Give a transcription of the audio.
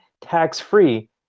tax-free